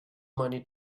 money